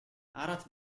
arat